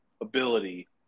ability